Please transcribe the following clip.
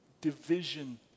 division